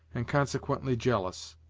and consequently jealous.